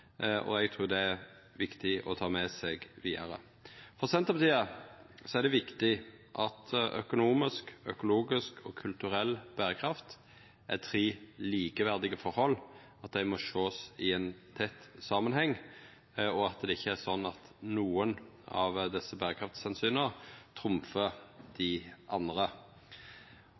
og eg trur det er viktig å ta med seg det vidare. For Senterpartiet er det viktig at økonomisk, økologisk og kulturell berekraft er tre likeverdige forhold, at dei må sjåast i ein tett samanheng, og at det ikkje er slik at nokre av desse berekraftsomsyna trumfar dei andre.